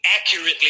accurately